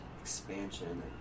expansion